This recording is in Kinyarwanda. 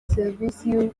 serivisi